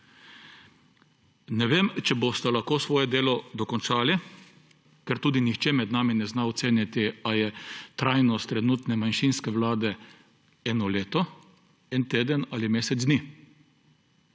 Ne vem, ali bosta lahko svoje delo dokončali, ker tudi nihče med nami ne zna oceniti, ali je trajnost trenutne manjšinske vlade eno leto, en teden ali mesec dni.